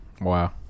Wow